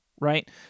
right